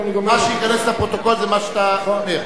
מה שייכנס לפרוטוקול זה מה שאתה קורא.